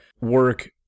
work